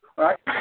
right